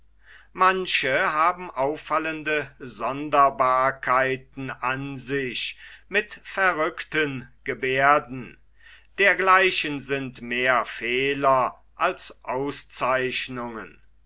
manche haben auffallende sonderbarkeiten an sich mit verrückten gebehrden dergleichen sind mehr fehler als auszeichnungen